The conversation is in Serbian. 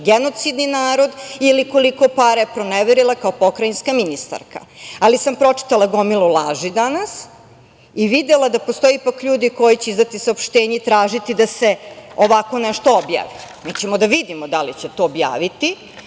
genocidan narod ili koliko para je proneverila kao pokrajinska ministarka. Pročitala sam gomilu laži danas i videla da postoje ljudi koji će izdati saopštenje i tražiti da se ovako nešto objavi, pa ćemo videti da li će to objaviti,